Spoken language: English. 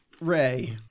Ray